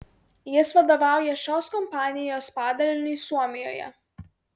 jis vadovauja šios kompanijos padaliniui suomijoje